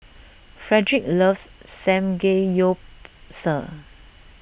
Fredrick loves Samgeyopsal